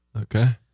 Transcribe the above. okay